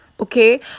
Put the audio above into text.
Okay